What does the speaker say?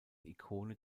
ikone